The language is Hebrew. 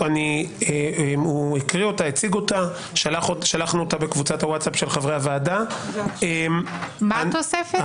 אני קראתי ואמרתי לכל חבר ועדה --- אני מבקש לעשות על זה דיון.